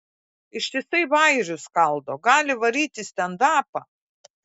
ištisai bajerius skaldo gali varyt į stendapą